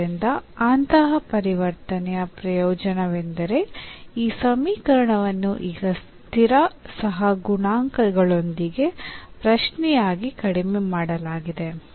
ಆದ್ದರಿಂದ ಅಂತಹ ಪರಿವರ್ತನೆಯ ಪ್ರಯೋಜನವೆಂದರೆ ಈ ಸಮೀಕರಣವನ್ನು ಈಗ ಸ್ಥಿರ ಸಹಗುಣಾಂಕಗಳೊಂದಿಗಿನ ಪ್ರಶ್ನೆಯಾಗಿ ಕಡಿಮೆ ಮಾಡಲಾಗಿದೆ